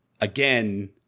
Again